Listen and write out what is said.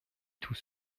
tout